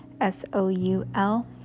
s-o-u-l